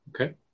Okay